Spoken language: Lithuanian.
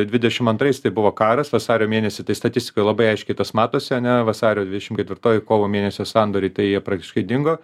dvidešimt antrais tai buvo karas vasario mėnesį tai statistikoj labai aiškiai tas matosi ane vasario dvidešimt ketvirtoji kovo mėnesio sandoriai tai jie praktiškai dingo